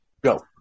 Go